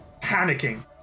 panicking